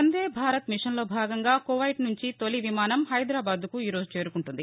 వందేభారత్ మిషస్లో భాగంగా కువైట్ నుంచి తొలి విమానం హైదరాబాద్కు ఈరోజు చేరుకుంటుంది